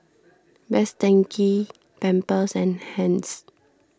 Best Denki Pampers and Heinz